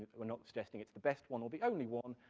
we're not suggesting it's the best one or the only one,